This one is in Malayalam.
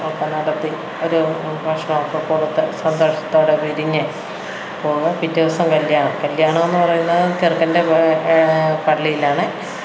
ഒക്കെ നടത്തി ഒരു ഭക്ഷണമൊക്കെ കൊടുത്ത് സന്തോഷത്തോടെ പിരിഞ്ഞ് പോണ് പിറ്റേ ദിവസം കല്യാണം കല്യാണമെന്ന് പറയുന്നത് ചെറുക്കൻ്റെ പള്ളിയിലാണ്